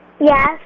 yes